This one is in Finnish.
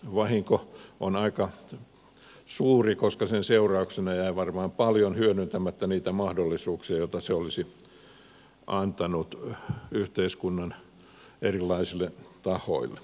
vahinko on aika suuri koska sen seurauksena jäi varmaan paljon hyödyntämättä niitä mahdollisuuksia joita se olisi antanut yhteiskunnan erilaisille tahoille